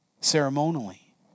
ceremonially